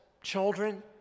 Children